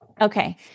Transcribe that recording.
Okay